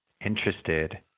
interested